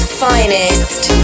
finest